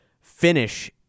finish